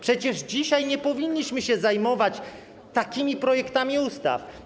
Przecież dzisiaj nie powinniśmy się zajmować takimi projektami ustaw.